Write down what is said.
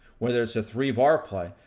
whether it's a three bar play,